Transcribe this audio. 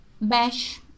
bash